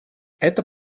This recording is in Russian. это